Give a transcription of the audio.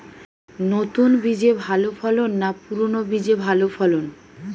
নতুন বীজে ভালো ফলন না পুরানো বীজে ভালো ফলন?